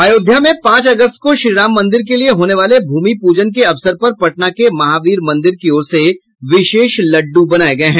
अयोध्या में पांच अगस्त को श्रीराम मंदिर के लिये होने वाले भूमि पूजन के अवसर पर पटना के महावीर मंदिर की ओर से विशेष लड्डू बनाये गये है